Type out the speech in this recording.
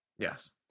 Yes